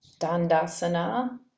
dandasana